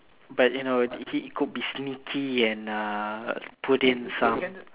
but you know it he could be sneaky and uh put in some